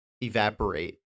evaporate